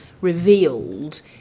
revealed